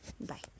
bye